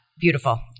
Beautiful